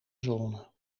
zone